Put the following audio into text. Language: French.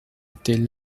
était